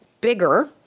bigger